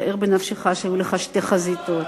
שער בנפשך שהיו לך שתי חזיתות.